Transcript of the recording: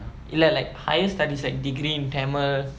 இல்ல:illa like higher studies like degree in tamil